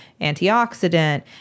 antioxidant